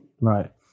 Right